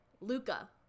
luca